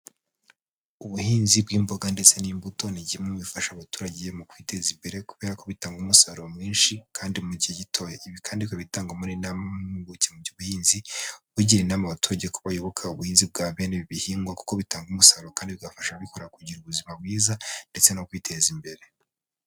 Ubuhinzi bw'imboga ndetse n'imbuto ni kimwe mu bifasha abaturage mu kwiteza imbere, kubera ko bitanga umusaruro mwinshi kandi mu gihe gitoya. Ibi kandi bikaba bitangwamo inama n'impuguke mu by'ubuhinzi, bugira inama abaturage ko bayoboka ubuhinzi bwa bene ibi bihingwa kuko bitanga umusaruro kandi bigafasha ababikora kugira ubuzima bwiza ndetse no kwiteza imbere.